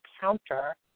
counter